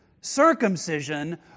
circumcision